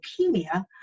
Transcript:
leukemia